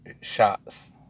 shots